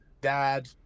dad